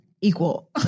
equal